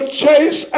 chase